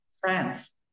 France